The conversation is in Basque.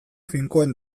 finkoen